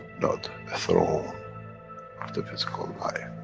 not a throne of the physical life.